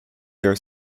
their